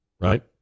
Right